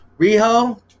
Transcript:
Riho